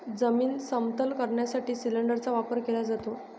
जमीन समतल करण्यासाठी सिलिंडरचा वापर केला जातो